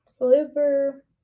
Liver